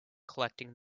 collecting